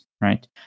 right